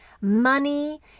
money